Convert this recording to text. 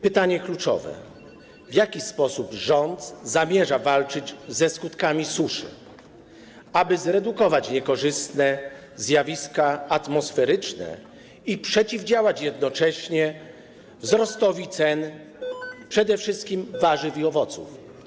Pytanie kluczowe: W jaki sposób rząd zamierza walczyć ze skutkami suszy, aby zredukować niekorzystne zjawiska atmosferyczne i przeciwdziałać jednocześnie wzrostowi cen, przede wszystkim warzyw i owoców?